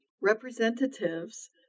representatives